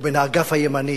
או בין האגף הימני